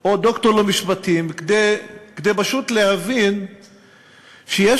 או דוקטור למשפטים כדי פשוט להבין שיש